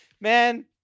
man